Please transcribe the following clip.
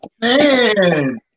Man